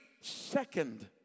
second